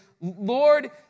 Lord